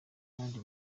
abandi